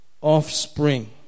offspring